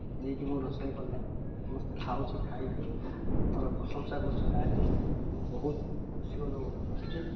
ଦେଇକି ମୁଁ ରୋଷେଇ କଲେ ସମସ୍ତେ ଖାଉଛି ଖାଇକି ମୋର ପ୍ରଶଂସା କରୁଛି ଯାହାକି ମୁଁ ବହୁତ ଖୁସି ଅନୁଭବ କରୁଛି